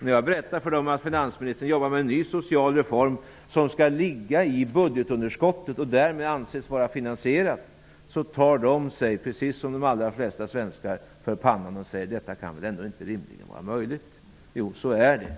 När jag berättar för dem att finansministern jobbar på en ny social reform som skall ligga i budgetunderskottet och som därmed anses vara finansierad tar de sig, precis som de allra flesta svenskar gör, för pannann och säger: Detta kan rimligen inte vara möjligt. Jo, så är det!